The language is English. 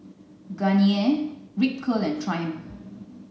Garnier Ripcurl Triumph